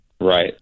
Right